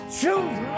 choose